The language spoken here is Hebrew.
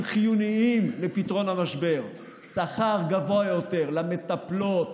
חיוניים לפתרון המשבר: שכר גבוה יותר למטפלות